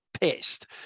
pissed